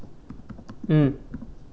mm